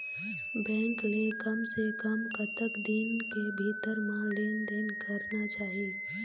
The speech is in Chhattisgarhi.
बैंक ले कम से कम कतक दिन के भीतर मा लेन देन करना चाही?